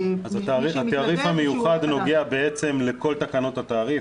אז התעריף המיוחד נוגע לכל תקנות התעריף,